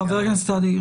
חבר הכנסת סעדי,